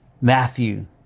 Matthew